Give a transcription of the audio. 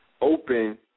open